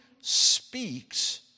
speaks